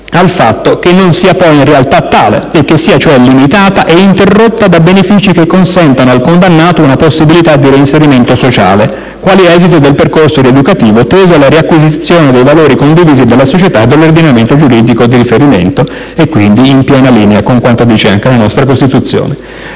al fatto che non sia poi in realtà tale, che sia cioè limitata ed interrotta da benefici che consentano al condannato una possibilità di reinserimento sociale, quale esito del percorso rieducativo, teso alla riacquisizione dei valori condivisi dalla società e dall'ordinamento giuridico di riferimento; secondo l'articolo 4-*bis* della legge 26 luglio